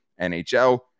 NHL